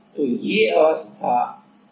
तो ये अवस्था वाष्प अवस्था हैं